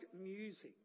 music